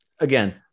again